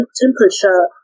temperature